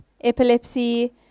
epilepsy